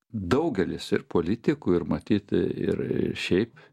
daugelis ir politikų ir matyt ir šiaip